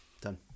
Done